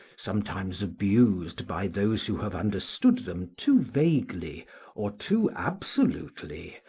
sometimes abused by those who have understood them too vaguely or too absolutely,